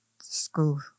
school